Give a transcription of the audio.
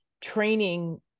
training